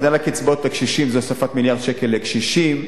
הגדלת קצבאות לקשישים זה הוספת מיליארד שקל לקשישים.